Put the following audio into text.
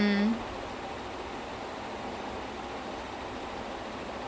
while bobby axelrod hedge fund billionaire also do the same